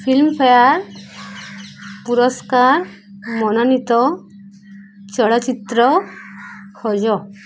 Filmfare ପୁରସ୍କାର ମନୋନୀତ ଚଳଚ୍ଚିତ୍ର ଖୋଜ